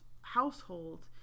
household